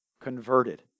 converted